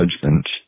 Judgment